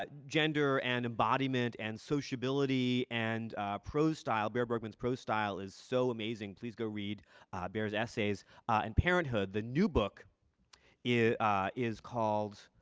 ah gender and embodiment and sociability and prose style bear bergman's prose style is so amazing. please go read bear's essays and parenthood. the new book is called